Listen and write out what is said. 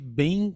bem